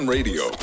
Radio